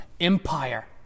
empire